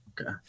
Okay